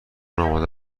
آماده